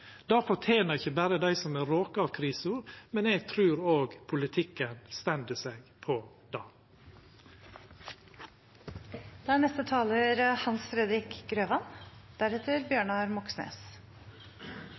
Det fortener ikkje berre dei som er råka av krisa, eg trur òg politikken står seg på det. Forutsigbarhet er